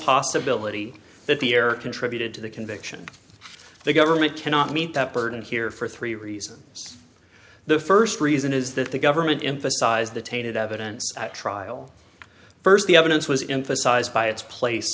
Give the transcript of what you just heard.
possibility that the error contributed to the conviction the government cannot meet that burden here for three reasons the first reason is that the government emphasized the tainted evidence at trial first the evidence was in to size by its place